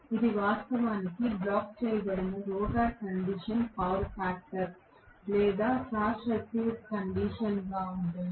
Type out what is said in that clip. ఇది వాస్తవానికి బ్లాక్ చేయబడిన రోటర్ కండిషన్ పవర్ ఫాక్టర్ లేదా షార్ట్ సర్క్యూట్ కండిషన్ గా ఉంటుంది